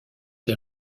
des